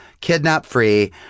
kidnap-free